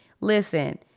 Listen